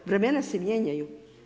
Vremena se mijenjaju.